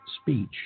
speech